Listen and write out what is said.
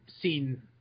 seen